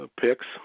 picks